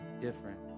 different